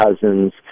cousins